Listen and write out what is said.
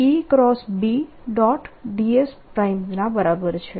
dS ના બરાબર છે